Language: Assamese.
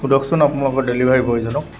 সোধকচোন আপোনলোকৰ ডেলিভাৰী বয়জনক